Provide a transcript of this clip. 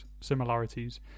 similarities